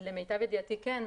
למיטב ידיעתי כן.